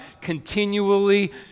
continually